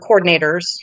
coordinators